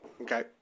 Okay